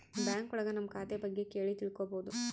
bank ಒಳಗ ನಮ್ ಖಾತೆ ಬಗ್ಗೆ ಕೇಳಿ ತಿಳ್ಕೋಬೋದು